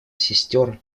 сестер